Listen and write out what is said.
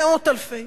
מאות אלפי.